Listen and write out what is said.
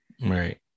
Right